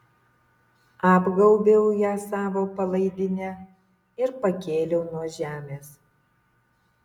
apgaubiau ją savo palaidine ir pakėliau nuo žemės